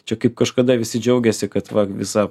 čia kaip kažkada visi džiaugėsi kad va visa